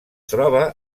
troba